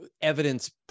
evidence